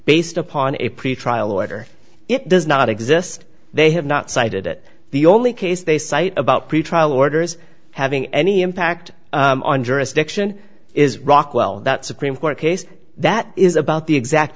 based upon a pretrial order it does not exist they have not cited it the only case they cite about pretrial orders having any impact on jurisdiction is rockwell that supreme court case that is about the exact